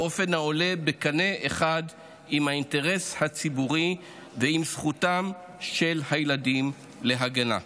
באופן העולה בקנה אחד עם האינטרס הציבורי ועם זכותם של הילדים להגנה.